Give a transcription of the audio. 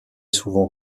souvent